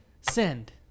Send